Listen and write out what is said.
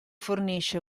fornisce